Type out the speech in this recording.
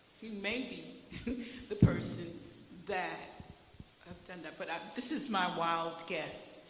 he may be the person that did that. but this is my wild guess.